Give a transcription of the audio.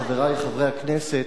חברי חברי הכנסת,